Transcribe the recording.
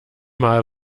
mal